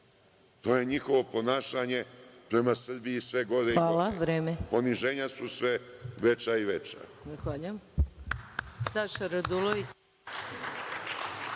to je njihovo ponašanje prema Srbiji sve gore i gore. Poniženja su sve veća i veća. **Maja